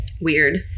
Weird